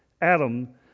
Adam